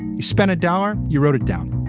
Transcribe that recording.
you spend a dollar, you wrote it down,